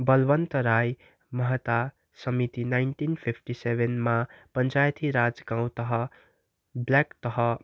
बल्वन्त राय मेहता समिति nineteen fifty सेभेनमा पञ्चायती राज गाउँ तह ब्ल्याक तह